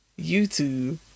YouTube